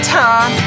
time